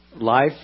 Life